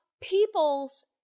people's